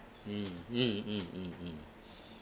mm mm mm mm mm